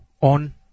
on